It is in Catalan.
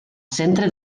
centre